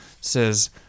says